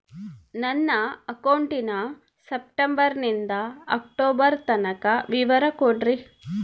ನನ್ನ ಅಕೌಂಟಿನ ಸೆಪ್ಟೆಂಬರನಿಂದ ಅಕ್ಟೋಬರ್ ತನಕ ವಿವರ ಕೊಡ್ರಿ?